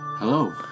Hello